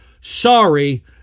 sorry